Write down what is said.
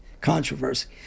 controversy